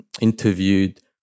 interviewed